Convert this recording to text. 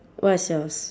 what's yours